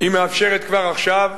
היא מאפשרת כבר עכשיו